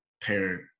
parent